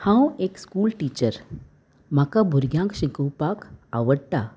हांव एक school teacher म्हाका भुरग्यांक शिकोवपाक आवडटा